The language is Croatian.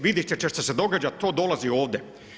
Vidjet ćete što se događa, to dolazi ovdje.